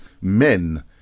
men